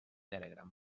telegram